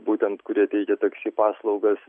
būtent kurie teikia taksi paslaugas